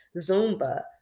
Zumba